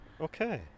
Okay